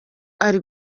ari